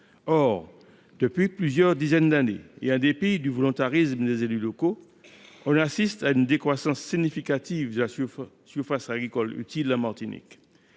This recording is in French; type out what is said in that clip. Or, depuis plusieurs dizaines d’années, en dépit du volontarisme des élus locaux, on assiste à une décroissance significative de la surface agricole utile en Martinique.